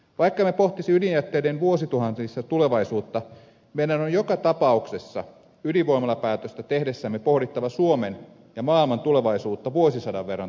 vaikka emme pohtisi ydinjätteiden vuosituhansista tulevaisuutta meidän on joka tapauksessa ydinvoimalapäätöstä tehdessämme pohdittava suomen ja maailman tulevaisuutta vuosisadan verran eteenpäin